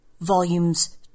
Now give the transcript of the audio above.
Volumes